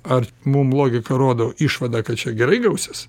ar mum logika rodo išvadą kad čia gerai gausis